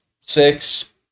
Six